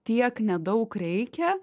tiek nedaug reikia